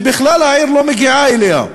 ובכלל העיר לא מגיעה אליה.